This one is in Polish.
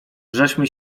żeśmy